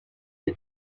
ses